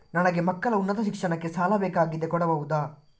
ನನಗೆ ಮಕ್ಕಳ ಉನ್ನತ ಶಿಕ್ಷಣಕ್ಕೆ ಸಾಲ ಬೇಕಾಗಿದೆ ಕೊಡಬಹುದ?